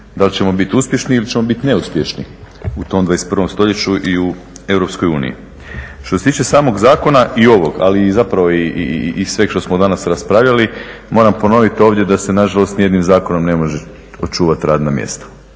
da li ćemo biti uspješni ili ćemo biti neuspješni u tom 21. stoljeću i u EU. Što se tiče samog zakona i ovog ali zapravo i sveg što smo danas raspravljali moram ponoviti ovdje da se nažalost nijednim zakonom ne može očuvati radna mjesta.